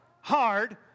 hard